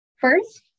First